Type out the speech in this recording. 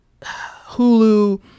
Hulu